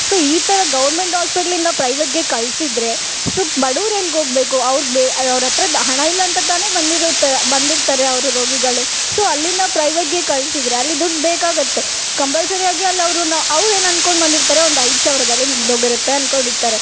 so ಈ ಥರ government ಹಾಸ್ಪೆಟ್ಲ್ಯಿಂದ ಪ್ರೈವೇಟ್ಗೆ ಕಳ್ಸಿದರೆ ಸೋ ಬಡವ್ರು ಎಲ್ಗೋಗಬೇಕು ಅವ್ರ್ಗೆ ಅವ್ರು ಹತ್ರದ ಹಣಯಿಲ್ಲ ಅಂತ ತಾನೇ ಬಂದಿರುತ್ತೆ ಬಂದಿರ್ತಾರೆ ಅವರು ರೋಗಿಗಳು ಸೋ ಅಲ್ಲಿಂದ ಪ್ರೈವೇಟ್ಗೆ ಕಳ್ಸಿದ್ದರೆ ಅಲ್ಲಿ ದುಡ್ಡು ಬೇಕಾಗುತ್ತೆ ಕಂಪಲ್ಸರಿ ಆಗಿ ಅಲ್ಲ ಅವ್ರನ್ನ ಅವ್ರು ಏನು ಅನ್ಕೊಂಡು ಬಂದಿರ್ತಾರೆ ಒಂದು ಐದು ಸಾವಿರದಲ್ಲಿ ಮುಗ್ದೊಗಿರುತ್ತೆ ಅನ್ಕೊಂಡಿರ್ತಾರೆ